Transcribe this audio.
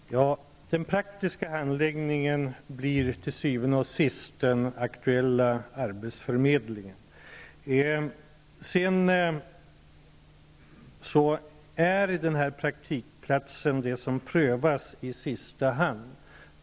Herr talman! Den praktiska handläggningen sker til syvende och sist hos den aktuella arbetsförmedlingen. Praktikplatser är det som prövas i sista hand.